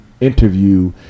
interview